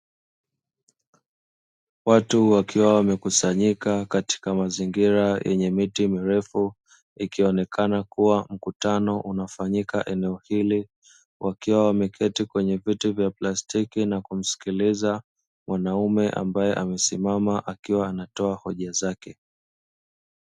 Watu wakiwa wamekusanyika katika mazingira yenye miti mirefu, ikionekana kuwa mkutano unafanyika eneo hili. Wakiwa wameketi kwenye viti vya plastiki na kumsikiliza mwanaume ambaye amesimama akiwa anatoa hoja zake.